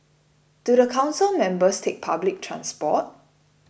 do the council members take public transport